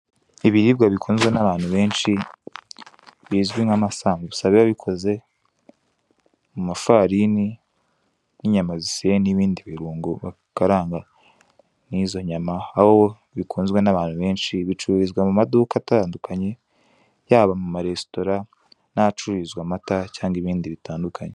Ibiribwa bikunzwe n'abantu benshi bizwi nka masambusa ,biba bikoze mu mafarini n'inyama ziseye n'ibindi birungo bakaranga n'izo nyama .Aho bikunzwe n'abantu benshi bicururizwa mu maduka atandukanye yaba mu ma resitora naha cururizwa amata cyangwa ibindi bitandukanye.